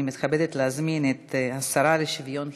אני מתכבדת להזמין את השרה לשוויון חברתי,